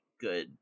good